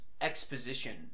exposition